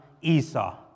Esau